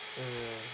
mm